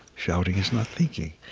shouting is not thinking.